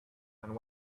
and